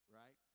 right